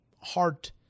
heart